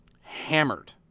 hammered